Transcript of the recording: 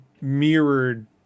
mirrored